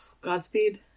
Godspeed